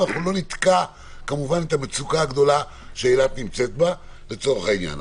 ואנחנו לא נתקע כמובן את המצוקה הגדולה שאילת נמצאת בה לצורך העניין,